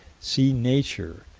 see nature,